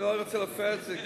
אני לא רוצה לפרט את זה,